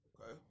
Okay